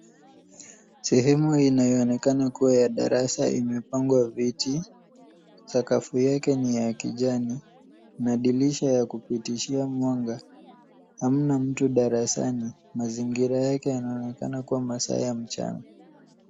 Sehemu inayoonekana kuwa ya darasa imepangwa viti, sakafu yake ni ya kijani na dirisha ya kupitishia mwanga. Hamna mtu darasani. Mazingira yake yanaonekana kuwa masaa ya mchana.